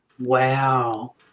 Wow